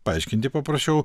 paaiškinti paprašiau